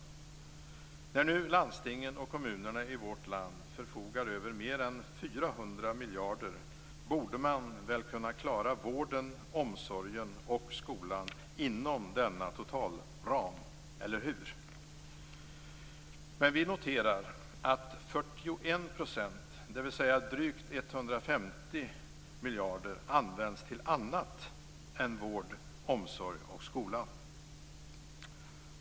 När nu landstingen och kommunerna i vårt land förfogar över mer än 400 miljarder borde man väl kunna klara vården, omsorgen och skolan inom denna totalram, eller hur? Men vi noterar att 41 %, dvs. drygt 150 miljarder, används till annat än vård, omsorg och skola.